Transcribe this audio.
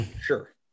sure